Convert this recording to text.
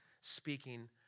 speaking